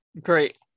Great